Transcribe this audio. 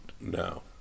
No